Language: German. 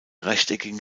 rechteckigen